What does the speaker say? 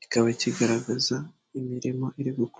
kikakaba kigaragaza imirimo iri gukorwa.